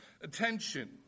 attention